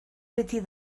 beti